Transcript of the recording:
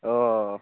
अ